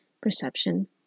perception